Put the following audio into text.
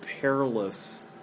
perilous